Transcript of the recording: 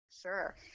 Sure